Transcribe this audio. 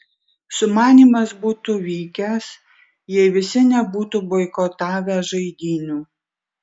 sumanymas būtų vykęs jei visi nebūtų boikotavę žaidynių